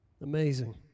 Amazing